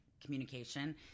communication